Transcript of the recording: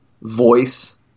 voice